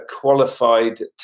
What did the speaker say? qualified